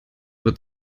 wird